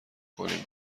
کنین